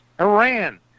Iran